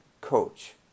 coach